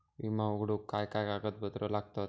विमो उघडूक काय काय कागदपत्र लागतत?